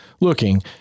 looking